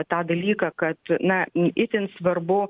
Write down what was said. tą dalyką kad na itin svarbu